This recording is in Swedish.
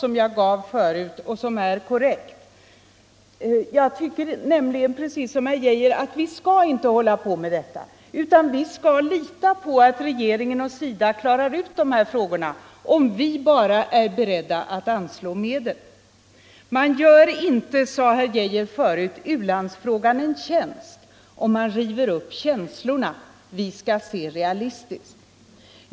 Man gör inte, sade herr Geijer förut, u-landsfrågan en tjänst om man river upp känslorna; vi skall se realistiskt.